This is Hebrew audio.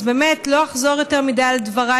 אז באמת לא אחזור יותר מדי על דברי